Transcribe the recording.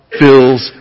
fills